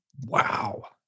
Wow